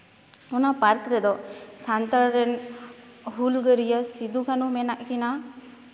ᱚᱱᱟ ᱯᱟᱨᱠ ᱨᱮᱫᱚ ᱥᱟᱱᱛᱟᱲ ᱨᱮᱱ ᱦᱩᱞᱜᱟᱹᱨᱭᱟᱹ ᱥᱮ ᱥᱤᱫᱩᱼᱠᱟᱹᱱᱦᱩ ᱢᱮᱱᱟᱜ ᱠᱤᱱᱟ